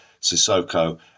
Sissoko